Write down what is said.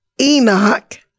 Enoch